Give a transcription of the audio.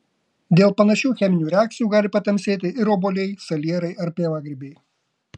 dėl panašių cheminių reakcijų gali patamsėti ir obuoliai salierai ar pievagrybiai